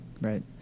Right